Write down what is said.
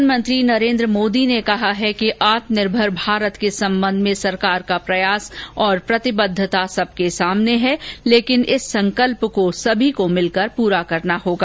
प्रधानमंत्री नरेन्द्र मोदी ने कहा है कि आत्मनिर्भर भारत के संबंध में सरकार का प्रयास और प्रतिबद्वता सबके सामने है लेकिन इस संकल्प को सभी को मिलकर पूरा करना होगा